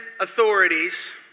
authorities